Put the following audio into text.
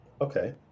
okay